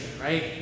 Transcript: right